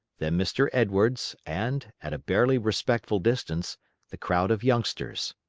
then mr. edwards, and at a barely respectful distance the crowd of youngsters.